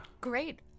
Great